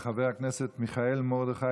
חבר הכנסת מיכאל מרדכי